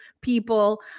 people